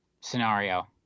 scenario